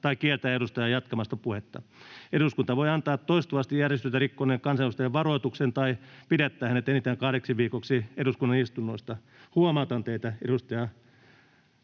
tai kieltää edustajaa jatkamasta puhetta. Eduskunta voi antaa toistuvasti järjestystä rikkoneelle kansanedustajalle varoituksen tai pidättää hänet enintään kahdeksi viikoksi eduskunnan istunnoista.” Huomautan teitä tämän